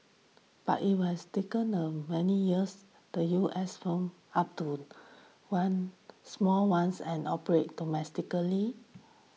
but it was taken a many years the U S firm up to won small ones and operate domestically